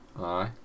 Aye